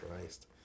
Christ